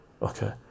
okay